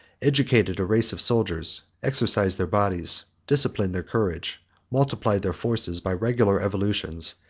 educated a race of soldiers exercised their bodies, disciplined their courage multiplied their forces by regular evolutions,